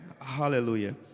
Hallelujah